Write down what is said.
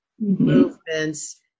movements